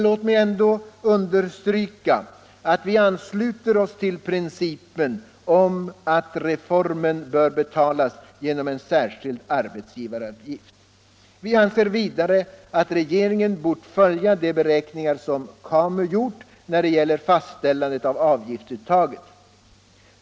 Låt mig ändå framhålla att vi ansluter oss till principen att reformen bör betalas genom en särskild arbetsgivaravgift. Vi anser vidare att regeringen hade bort följa de beräkningar som KAMU gjort när det gäller fastställandet av avgiftsuttaget.